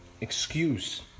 excuse